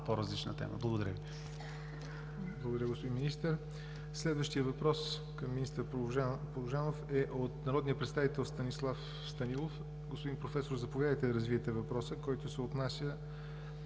по-различна тема. Благодаря Ви. ПРЕДСЕДАТЕЛ ЯВОР НОТЕВ: Благодаря Ви, господин Министър. Следващият въпрос към министър Порожанов е от народния представител Станислав Станилов. Господин професор, заповядайте да развиете въпроса, който се отнася